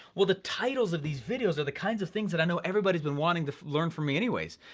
well, the titles of these videos are the kinds of things that i know everybody's been wanting to learn from me anyways.